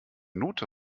note